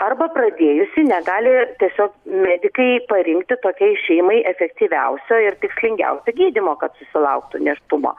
arba pradėjusi negali tiesiog medikai parinkti tokiai šeimai efektyviausio ir tikslingiausio gydymo kad susilauktų nėštumo